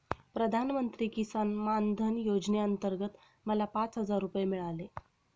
प्रधानमंत्री किसान मान धन योजनेअंतर्गत मला पाच हजार रुपये मिळाले